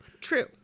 True